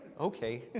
okay